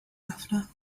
after